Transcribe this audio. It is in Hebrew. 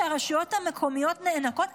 שבה הרשויות המקומיות נאנקות,